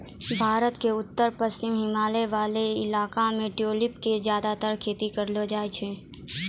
भारत के उत्तर पश्चिमी हिमालय वाला इलाका मॅ ट्यूलिप के ज्यादातर खेती करलो जाय छै